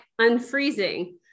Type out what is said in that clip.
unfreezing